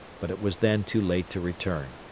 but it was then too late to return.